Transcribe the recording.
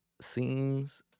Seems